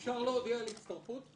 אפשר להודיע על הצטרפות?